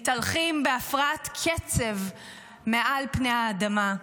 מתהלכים בהפרעת קצב מעל פני האדמה,